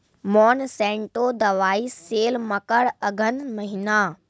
Monsanto दवाई sale मकर अघन महीना,